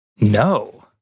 No